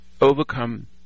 overcome